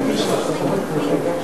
אני הגנתי עליך עכשיו, לפני דקה.